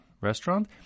restaurant